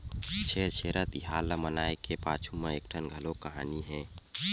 छेरछेरा तिहार ल मनाए के पाछू म एकठन घलोक कहानी हे